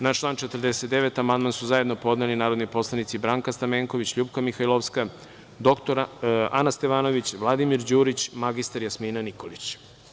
Na član 49. amandman su zajedno podneli narodni poslanici Branka Stamenković, LJupka Mihajlovska, dr Ana Stevanović, Vladimir Đurić i mr Jasmina Nikolić.